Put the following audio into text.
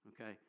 Okay